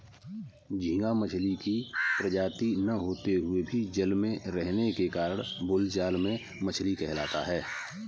झींगा मछली की प्रजाति न होते हुए भी जल में रहने के कारण बोलचाल में मछली कहलाता है